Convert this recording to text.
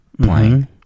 playing